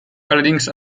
allerdings